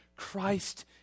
Christ